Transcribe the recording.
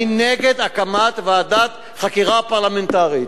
אני נגד הקמת ועדת חקירה פרלמנטרית.